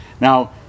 Now